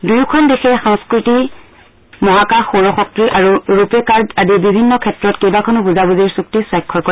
দুয়োখন দেশে সাংস্বৃতি মহাকাশ সৌৰশক্তি আৰু ৰূপেকাৰ্ড আদি বিভিন্ন ক্ষেত্ৰত কেইবাখনো বুজাবুজিৰ চুক্তি স্বাক্ষৰ কৰে